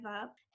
up